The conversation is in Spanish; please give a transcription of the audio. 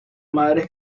madres